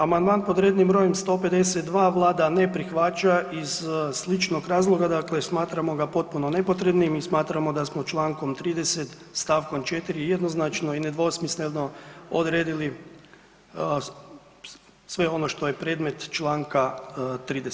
Amandman pod rednim brojem 152 Vlada ne prihvaća iz sličnog razloga, dakle smatramo ga potpuno nepotrebnim i smatramo da smo čl. 30. st. 4. jednoznačno i nedvosmisleno odredili sve ono što je predmet čl. 30.